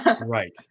Right